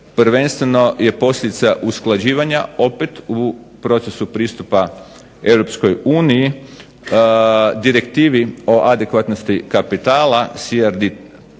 prvenstveno je posljedica usklađivanja u procesu pristupa Europskoj uniji, direktivi o adekvatnosti kapitala CRD